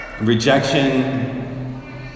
Rejection